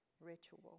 ritual